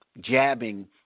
jabbing